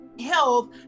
health